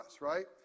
right